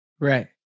Right